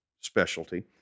specialty